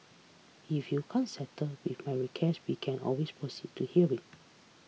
if you can't settle with my request we can always proceed to hearing